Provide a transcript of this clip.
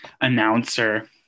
announcer –